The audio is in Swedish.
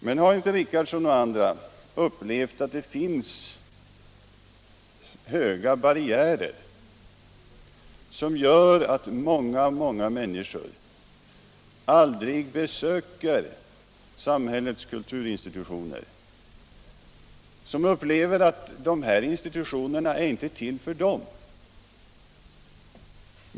Men har inte herr Richardson och andra upplevt att det finns höga barriärer som gör att många, många människor aldrig besöker samhällets kulturinstitutioner, människor som upplever att institutionerna inte är till för dem?